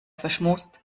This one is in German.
verschmust